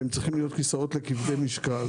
שצריכים להיות כיסאות לכבדי משקל.